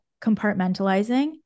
compartmentalizing